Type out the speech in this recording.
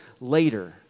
later